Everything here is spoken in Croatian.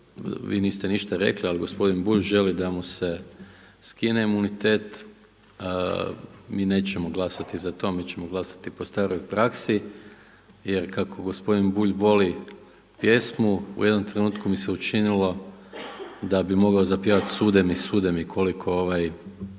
vi niste ništa rekli ali gospodin Bulj želi da mu se skine imunitet mi nećemo glasati za to, mi ćemo glasati po staroj praksi jer kako gospodin Bulj voli pjesmu u jednom trenutku mi se učinilo da bi mogao zapjevati „Sude mi, sude mi“ koliko je